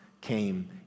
came